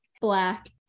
Black